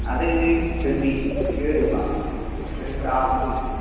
അത് ട്വൻറ്റി ഇരുപത് രൂപ ഒരു ഹാഫ്ഫ് പീസിന്